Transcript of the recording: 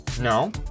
No